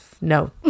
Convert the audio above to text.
No